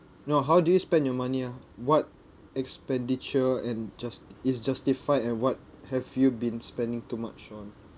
no how do you spend your money ah what expenditure and just~ is justified and what have you been spending too much on